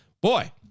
boy